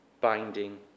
binding